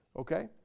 Okay